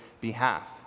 behalf